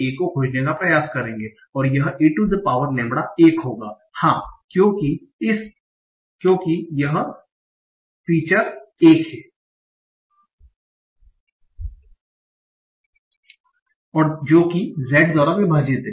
a को खोजने का प्रयास करेंगे और यह e to the power lambda 1 होगा हाँ क्योंकि इस पहला फीचर 1 है जो Z द्वारा विभाजित है